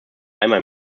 einmal